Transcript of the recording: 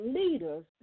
leaders